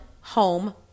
home